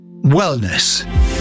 Wellness